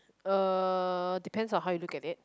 uh depends on how you look at it